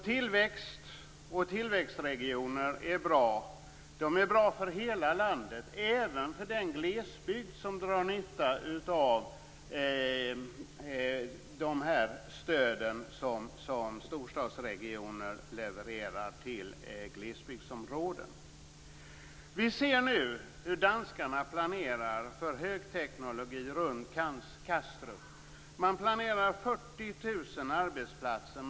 Tillväxt och tillväxtregioner är bra för hela landet, även för den glesbygd som drar nytta av de stöd som storstadsregioner levererar till glesbygdsområden. Vi ser nu hur danskarna planerar för högteknologi runt Kastrup. 40 000 arbetsplatser planeras.